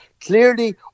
clearly